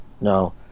no